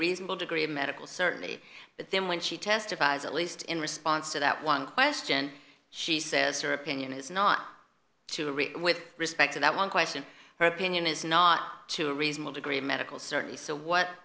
reasonable degree of medical certainty but then when she testifies at least in response to that one question she says her opinion is not to read with respect to that one question her opinion is not to a reasonable degree of medical certainty so what